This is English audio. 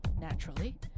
naturally